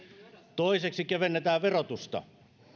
toiseksi kevennetään verotusta